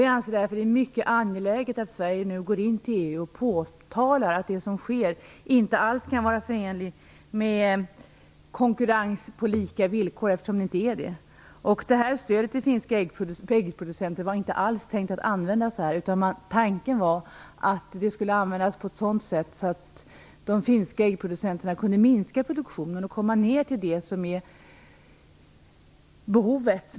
Vi anser därför att det är mycket viktigt att Sverige nu vänder sig till EU och påtalar att det som sker inte alls är förenligt med konkurrens på lika villkor. Stödet till de finska äggproducenterna var inte alls avsett att användas på det här sättet. Tanken var att det skulle användas på ett sådant sätt att de finska äggproducenterna kunde minska produktionen till att motsvara behovet.